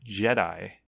Jedi